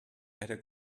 better